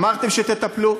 אמרתם שתטפלו,